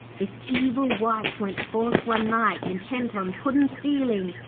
this evil wight went forth one night intent on puddin'-stealing,